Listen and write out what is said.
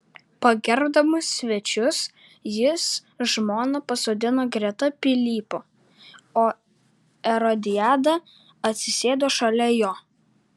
pagerbdamas svečius jis žmoną pasodino greta pilypo o erodiadą atsisėdo šalia jo